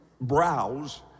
browse